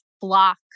block